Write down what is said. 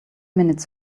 minutes